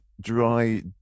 dry